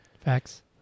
Facts